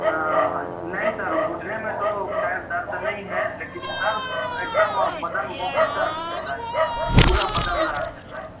نہیں سر گُھٹنے میں تو خیر درد نہیں ہے لیکن سر ایک دم اور بدن بہت درد دیتا ہے سر پورا بدن درد دیتا ہے